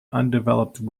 undeveloped